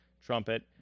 trumpet